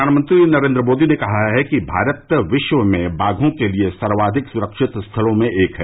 प्रधानमंत्री नरेन्द्र मोदी ने कहा है कि भारत विश्व में बाघों के लिए सर्वाधिक स्रक्षित स्थलों में एक है